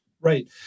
Right